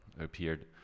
appeared